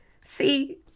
See